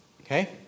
okay